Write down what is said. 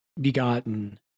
begotten